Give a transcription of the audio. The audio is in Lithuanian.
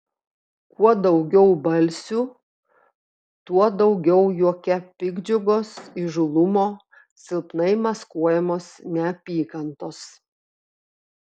kuo daugiau balsių tuo daugiau juoke piktdžiugos įžūlumo silpnai maskuojamos neapykantos